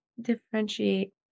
differentiate